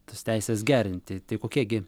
tas teises gerinti tai kokie gi